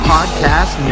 Podcast